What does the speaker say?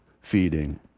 feeding